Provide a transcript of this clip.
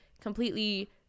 completely